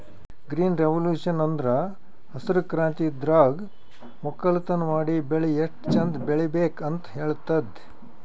green revolution ಅಂದ್ರ ಹಸ್ರ್ ಕ್ರಾಂತಿ ಇದ್ರಾಗ್ ವಕ್ಕಲತನ್ ಮಾಡಿ ಬೆಳಿ ಎಷ್ಟ್ ಚಂದ್ ಬೆಳಿಬೇಕ್ ಅಂತ್ ಹೇಳ್ತದ್